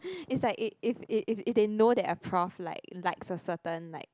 it's like if if if if they know that a prof like likes a certain like